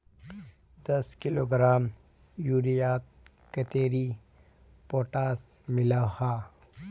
दस किलोग्राम यूरियात कतेरी पोटास मिला हाँ?